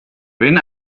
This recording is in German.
wenn